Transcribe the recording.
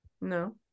No